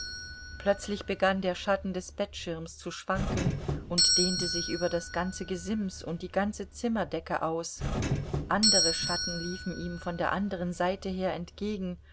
plötzlich begann der schatten des bettschirms zu schwanken und dehnte sich über das ganze gesims und die ganze zimmerdecke aus andere schatten liefen ihm von der anderen seite her entgegen